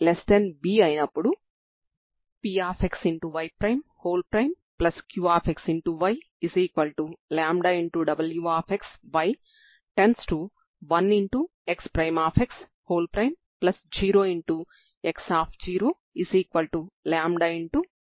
సరిహద్దు నియమాలు ఒకవైపు నిర్ణయించబడి ఉంటాయి మరియు రెండవ వైపు నిర్ణయించబడకుండా ఉంటాయి